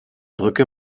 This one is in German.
brücke